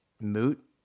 moot